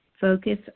Focus